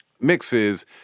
mixes